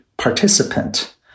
Participant